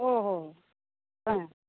ওহো হ্যাঁ